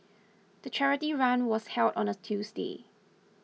the charity run was held on a Tuesday